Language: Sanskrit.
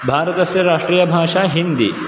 भारतस्य राष्ट्रीयभाषा हिन्दी